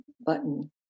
button